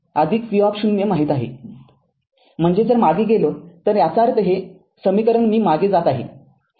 म्हणजे जर मागे गेलो तर याचा अर्थ हे समीकरण मी मागे जात आहे